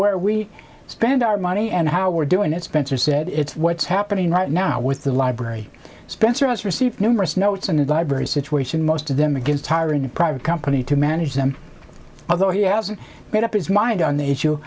where we spend our money and how we're doing it spencer said it's what's happening right now with the library spencer has received numerous notes and library situation most of them against hiring a private company to manage them although he hasn't made up his mind on the issue